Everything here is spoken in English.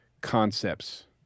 concepts